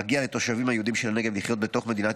מגיע לתושבים היהודים של הנגב לחיות בתוך מדינת